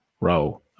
row